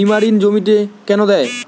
নিমারিন জমিতে কেন দেয়?